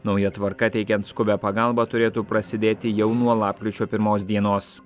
nauja tvarka teikiant skubią pagalbą turėtų prasidėti jau nuo lapkričio pirmos dienos